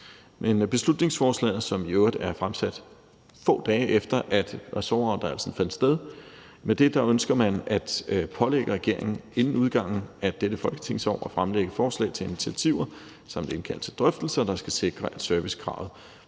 med beslutningsforslaget, som i øvrigt er fremsat, få dage efter ressortoverdragelsen fandt sted, ønsker man at pålægge regeringen inden udgangen af dette folketingsår at fremlægge forslag til initiativer samt indkalde til drøftelser, der skal sikre, at servicekravet